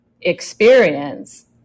experience